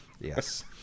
Yes